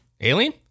alien